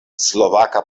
slovaka